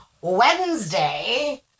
Wednesday